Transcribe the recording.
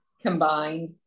Combined